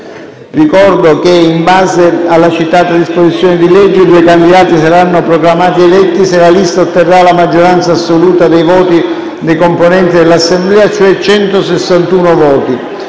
Ricordo che, in base alla citata disposizione di legge, i due candidati saranno proclamati eletti se la lista posta in votazione otterrà la maggioranza assoluta dei voti dei componenti l'Assemblea, cioè 161 voti.